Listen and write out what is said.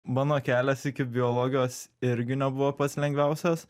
mano kelias iki biologijos irgi nebuvo pats lengviausias